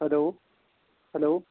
hello hello